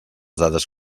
dades